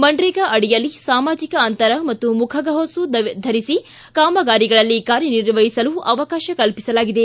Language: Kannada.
ಮನರೇಗಾ ಅಡಿಯಲ್ಲಿ ಸಾಮಾಜಿಕ ಅಂತರ ಮತ್ತು ಮುಖಗವಸು ಧರಿಸಿ ಕಾಮಗಾರಿಗಳಲ್ಲಿ ಕಾರ್ಯನಿರ್ವಹಿಸಲು ಅವಕಾಶ ಕಲ್ಪಿಸಲಾಗಿದೆ